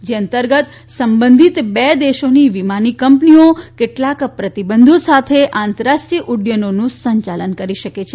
જે અંતર્ગત સંબંધિત બે દેશોની વિમાની કંપનીઓ કેટલાક પ્રતિબંધો સાથે આંતરરાષ્ટ્રીય ઉડૃાનોનું સંચાલન કરી શકે છે